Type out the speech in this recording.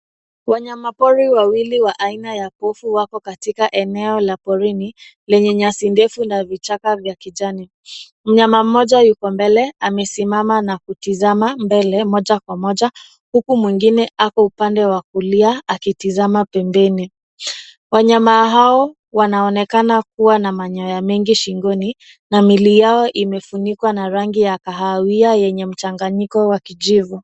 Wanyama pori wawili wa aina ya pofu wako katika eneo la porini lenye nyasi ndefu na vichaka vya kijani ,mnyama mmoja yuko mbele amesimama na kutizama mbele moja kwa moja huku mwingine ako upande wa kulia akitizama pembeni, wanyama hao wanaonekana kuwa na manyoya mengi shingoni na miili yao imefunikwa na rangi ya kahawia yenye mchanganyiko wa kijivu.